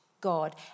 God